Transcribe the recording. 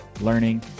learning